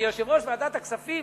כיושב-ראש ועדת הכספים,